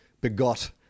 begot